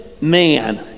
man